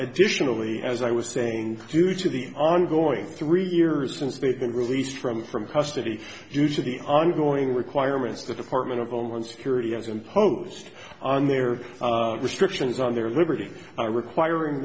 additionally as i was saying due to the ongoing three years since they've been released from from custody usually ongoing requirements the department of homeland security has imposed on their restrictions on their liberty requiring